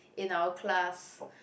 in our class